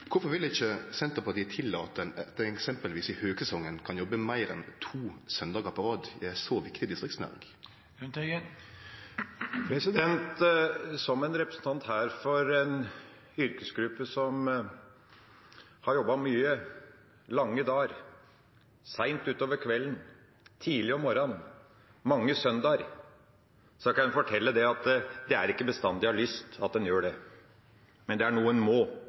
Kvifor vil ikkje Senterpartiet tillate at ein eksempelvis i høgsesongen kan jobbe meir enn to søndagar på rad i ei så viktig distriktsnæring? Som representant for en yrkesgruppe som har jobbet mye – lange dager og seint utover kvelden, tidlig om morgenen og mange søndager – kan jeg fortelle at det er ikke bestandig en har lyst til å gjøre det, men det er noe en må.